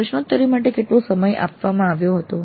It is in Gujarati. પ્રશ્નોત્તરી માટે કેટલો સમય આપવામાં આવ્યો હતો